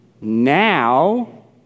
now